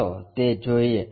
ચાલો તે જોઈએ